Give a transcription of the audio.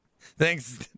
Thanks